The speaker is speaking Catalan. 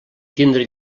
tindre